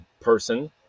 Person